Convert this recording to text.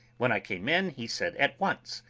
when i came in, he said at once,